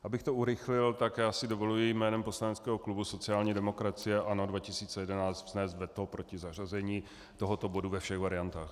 Abych to urychlil, tak si dovoluji jménem poslaneckého klubu sociální demokracie a ANO 2011 vznést veto proti zařazení tohoto bodu ve všech variantách.